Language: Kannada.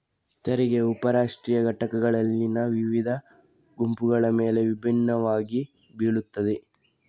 ತೆರಿಗೆಯು ಉಪ ರಾಷ್ಟ್ರೀಯ ಘಟಕಗಳಲ್ಲಿನ ವಿವಿಧ ಗುಂಪುಗಳ ಮೇಲೆ ವಿಭಿನ್ನವಾಗಿ ಬೀಳುತ್ತದೆ